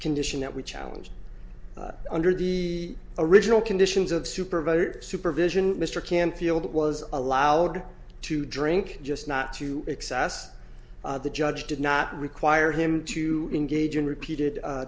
condition that we challenge under the original conditions of supervisor supervision mr canfield was allowed to drink just not to excess the judge did not require him to engage in repeated